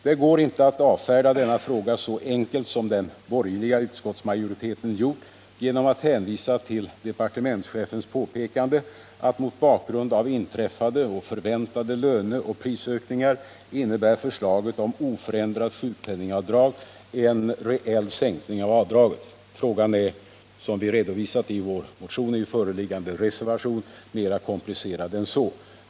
Det går inte att avfärda denna fråga så enkelt som den borgerliga utskottsmajoriteten gjort genom att hänvisa till departementschefens påpekande att mot bakgrund av inträffade och förväntade löneoch prisökningar innebär förslaget om oförändrat sjukpenningavdrag en reell sänkning av avdraget. Frågan är, som vi redovisat i vår motion och i föreliggande reservation, mera komplicerad än så.